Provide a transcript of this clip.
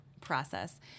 process